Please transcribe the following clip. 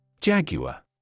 Jaguar